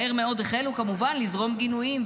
מהר מאוד החלו כמובן לזרום גינויים,